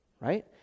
right